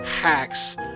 hacks